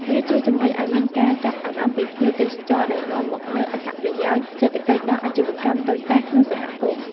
វាជួយជំរុញឱ្យមានការចាប់អារម្មណ៍ពីភ្ញៀវទេសចរ ដែលនាំមកនូវអត្ថប្រយោជន៍សេដ្ឋកិច្ចដល់អាជីវកម្មតូចតាចក្នុងសហគមន៍។